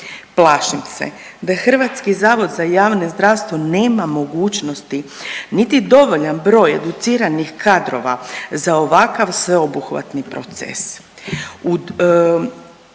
Plašim se da HZJZ nema mogućnosti niti dovoljan broj educiranih kadrova za ovakav sveobuhvatni proces.